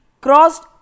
crossed